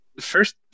first